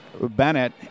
Bennett